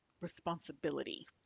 responsibility